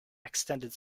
extended